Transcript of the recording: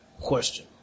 Question